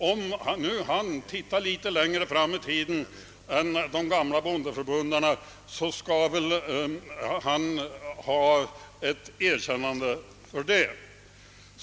Om han såg längre framåt i tiden än de gamla bondeförbundarna borde han få ett erkännande för det.